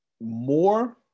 more